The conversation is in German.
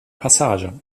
passage